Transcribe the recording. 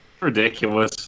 ridiculous